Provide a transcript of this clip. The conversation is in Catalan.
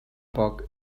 poc